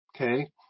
okay